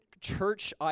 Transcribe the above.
church